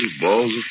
balls